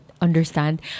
Understand